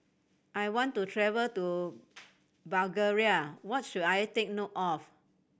I want to travel to Bulgaria What should I take note of